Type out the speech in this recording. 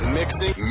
mixing